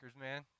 man